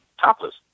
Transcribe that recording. topless